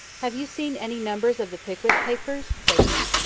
have you seen any numbers of the pickwick papers? said he.